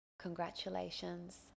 congratulations